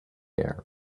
air